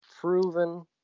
proven